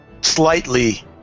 slightly